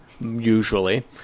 usually